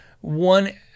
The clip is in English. one